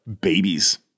babies